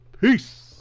peace